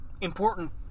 important